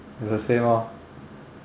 it's the same orh